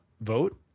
vote